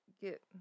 get